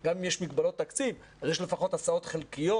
גם אם יש מגבלות תקציב, אז יש לפחות הסעות חלקיות.